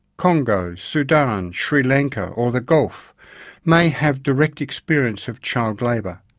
congo, sudan, sri lanka or the gulf may have direct experience of child labour,